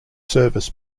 service